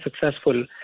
successful